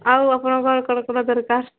ଆଉ ଆପଣଙ୍କର କ'ଣ କ'ଣ ଦରକାର